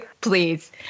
Please